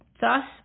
thus